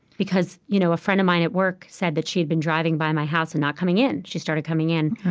because you know a friend of mine at work said that she'd been driving by my house and not coming in. she started coming in.